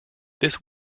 this